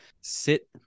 sit